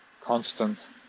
constant